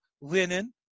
linen